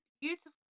beautiful